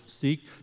seek